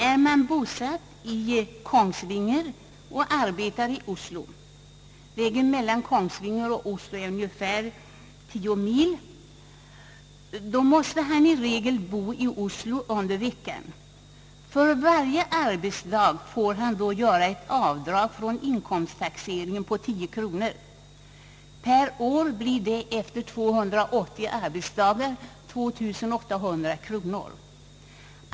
Den som är bosatt i Kongsvinger och arbetar i Oslo — vägen mellan Kongsvinger och Oslo är ungefär tio mil — måste i regel bo i Oslo under veckan. För varje arbetsdag får han göra ett avdrag vid inkomst taxeringen på tio kronor. Det blir efter 280 arbetsdagar per år 2800 kronor.